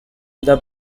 the